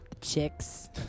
Chicks